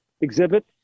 exhibit